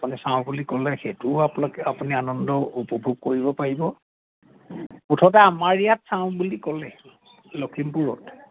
আপুনি চাওঁ বুলি ক'লে সেইটোও আপোনোকে আপুনি আনন্দ উপভোগ কৰিব পাৰিব মুঠতে আমাৰ ইয়াত চাওঁ বুলি ক'লে লখিমপুৰত